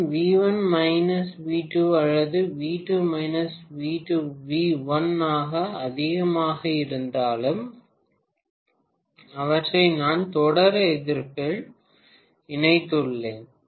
நான் V1 V2 அல்லது V2 V1 எது அதிகமாக இருந்தாலும் அவற்றை நான் தொடர் எதிர்ப்பில் இணைத்துள்ளேன்